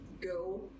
go